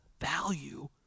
value